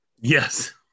Yes